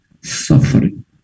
suffering